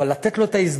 אבל לתת לו את ההזדמנות.